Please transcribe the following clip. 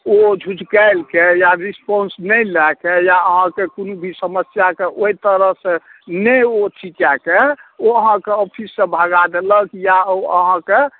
ओ झुझकरिके या रेस्पॉन्स नहि लऽ कऽ या अहाँके कोनो भी समस्याके ओहि तरहसँ नहि ओ अथी कऽ कऽ ओ अहाँके ऑफिससँ भगा देलक या ओ अहाँके